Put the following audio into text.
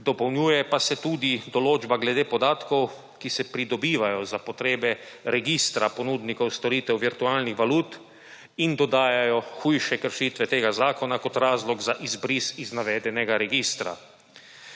Dopolnjuje pa se tudi določba glede podatkov, ki se pridobivajo za potrebe registra ponudnikov storitev virtualnih valut, in dodajajo hujše kršitve tega zakona kot razlog za izbris iz navedenega registra.